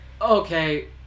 Okay